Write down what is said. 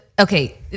Okay